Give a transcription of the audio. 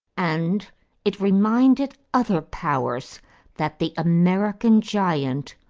and it reminded other powers that the american giant,